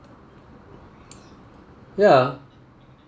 ya